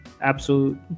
absolute